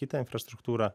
kitą infrastruktūrą